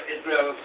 Israel